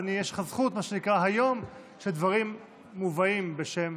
יש לך הזכות היום, שהדברים מובאים בשמך.